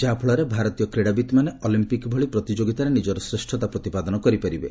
ଯାହାଫଳରେ ଭାରତୀୟ କ୍ରୀଡାବିତ୍ମାନେ ଅଲିମ୍ପିକ ଭଳି ପ୍ରତିଯୋଗିତାରେ ନିଜର ଶ୍ରେଷତା ପ୍ରତିପାଦନ କରିପାରିବେ